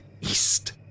East